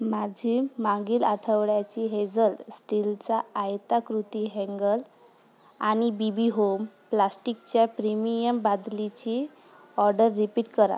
माझी मागील आठवड्याची हेझल स्टीलचा आयताकृती हँगर आणि बी बी होम प्लास्टिकच्या प्रीमियम बादलीची ऑडर रिपीट करा